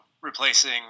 replacing